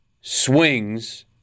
swings